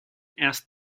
erst